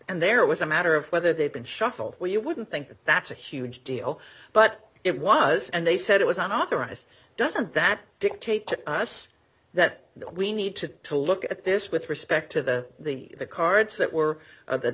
and there was a matter of whether they've been shuffled or you wouldn't think that that's a huge deal but it was and they said it was unauthorized doesn't that dictate to us that we need to to look at this with respect to the cards that were